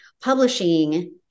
publishing